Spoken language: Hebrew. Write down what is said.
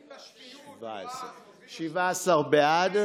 17 בעד.